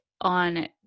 on